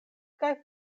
kaj